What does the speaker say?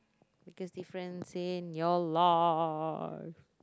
biggest difference in your life